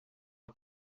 aha